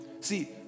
See